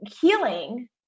healing